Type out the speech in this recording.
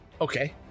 Okay